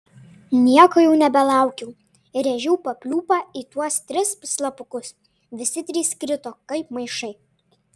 nieko jau nebelaukiau rėžiau papliūpą į tuos tris slapukus visi trys krito kaip maišai